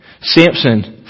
Samson